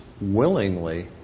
willingly